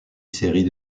série